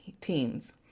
teens